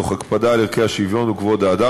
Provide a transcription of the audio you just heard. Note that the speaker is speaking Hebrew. תוך הקפדה על ערכי השוויון וכבוד האדם.